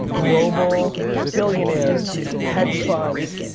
global billionaires, hedge funds,